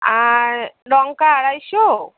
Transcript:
আর লঙ্কা আড়াইশো